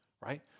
right